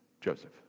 Joseph